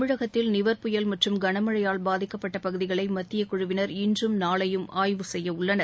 தமிழகத்தில் நிவர் புயல் மற்றும் கனமழையால் பாதிக்கப்பட்ட பகுதிகளை மத்தியக்குழுவினர் இன்றும் நாளையும் ஆய்வு செய்ய உள்ளனர்